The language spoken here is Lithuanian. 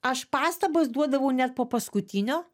aš pastabas duodavau net po paskutinio